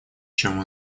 чем